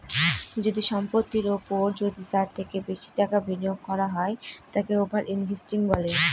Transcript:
যদি সম্পত্তির ওপর যদি তার থেকে বেশি টাকা বিনিয়োগ করা হয় তাকে ওভার ইনভেস্টিং বলে